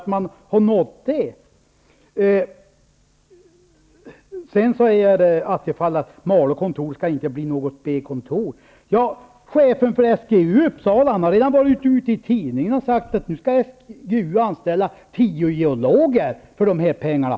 Stefan Attefall sade att kontoret i Malå inte skall bli något B-kontor. Chefen för SGU i Uppsala har redan uttalat sig i tidningen och sagt att SGU skall anställa tio geologer för pengarna.